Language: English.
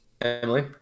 Emily